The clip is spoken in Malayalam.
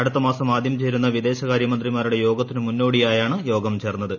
അടുത്ത മാസം ആദ്യം ചേരുന്ന വിദേശകാര്യ മന്ത്രിമാരുടെ യോഗത്തിനു മുന്നോടിയായാണ് യോഗം ചേർന്നത്